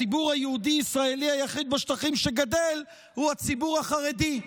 הציבור היהודי-ישראלי היחיד בשטחים שגדל הוא הציבור החרדי,